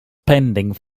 pending